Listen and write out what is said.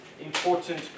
important